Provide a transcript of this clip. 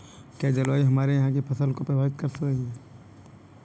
क्या जलवायु हमारे यहाँ की फसल को प्रभावित कर रही है?